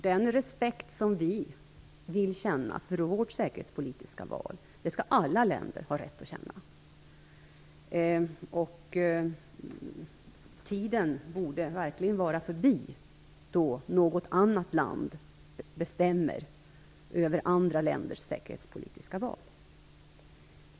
Den respekt som vi i Sverige vill kunna känna för vårt säkerhetspolitiska val skall alla länders medborgare ha rätt att känna. Den tid borde verkligen vara förbi då något annat land bestämde över andra länders säkerhetspolitiska val.